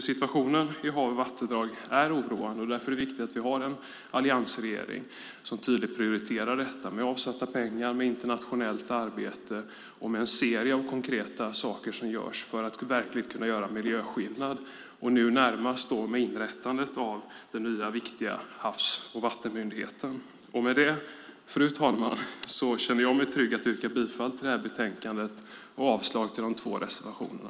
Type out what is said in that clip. Situationen i hav och vattendrag är oroande, och därför är det viktigt att vi har en alliansregering som tydligt prioriterar detta med avsatta pengar, med internationellt arbete och med en serie av konkreta saker som görs för att verkligen kunna göra miljöskillnad och nu närmast med inrättandet av den nya viktiga havs och vattenmyndigheten. Med det, fru talman, känner jag mig trygg att yrka bifall till förslaget i betänkandet och avslag på de två reservationerna.